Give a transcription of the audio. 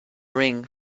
ring